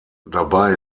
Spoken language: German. dabei